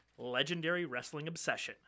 legendarywrestlingobsession